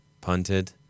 Punted